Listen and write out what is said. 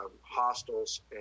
hostels